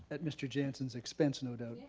at mr. jansen's expense no doubt.